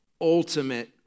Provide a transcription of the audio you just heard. ultimate